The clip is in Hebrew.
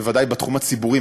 בוודאי בתחום הציבורי,